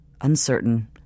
uncertain